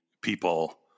people